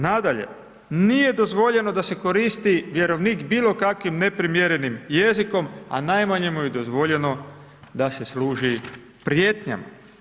Nadalje nije dozvoljeno da se koristi vjerovnik bilo kakvim neprimjerenim jezikom a najmanje mu je dozvoljeno da se služi prijetnjama.